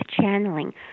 channeling